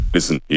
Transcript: Listen